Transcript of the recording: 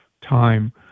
time